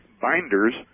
binders